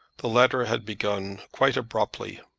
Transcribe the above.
the letter had begun quite abruptly.